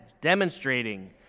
demonstrating